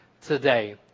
today